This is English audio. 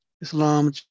islam